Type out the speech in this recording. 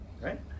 right